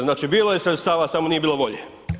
Znači, bilo je sredstava samo nije bilo volje.